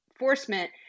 enforcement